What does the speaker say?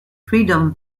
freedom